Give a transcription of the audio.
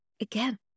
Again